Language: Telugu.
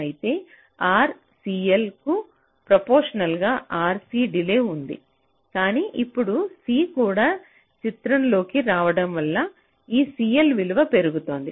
అయితే RCL కు ప్రొఫెషనల్గా RC డిలే ఉంది కానీ ఇప్పుడు C కూడా చిత్రంలోకి రావడం వల్ల ఈ CL విలువ పెరుగుతుంది